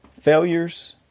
failures